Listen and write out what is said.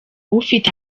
ufite